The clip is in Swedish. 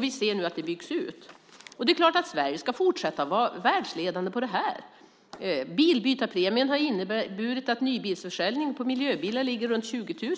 Vi ser nu att det byggs ut. Det är klart att Sverige ska fortsätta vara världsledande på detta! Bilbytarpremien har inneburit att nybilsförsäljningen för miljöbilar ligger runt 20